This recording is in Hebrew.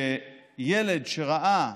שילד שראה